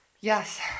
yes